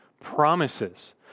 promises